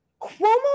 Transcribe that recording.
Cuomo